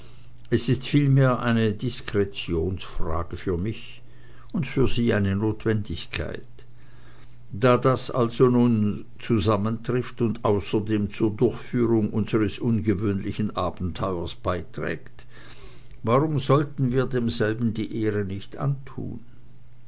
es ist vielmehr eine diskretionsfrage für mich und für sie eine notwendigkeit da das also so zusammentrifft und außerdem zur durchführung unsers ungewöhnlichen abenteuers beiträgt warum sollten wir demselben die ehre nicht antun